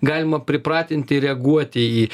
galima pripratinti reaguoti į